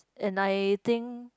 and I think